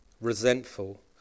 resentful